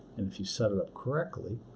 and if you set it up correctly,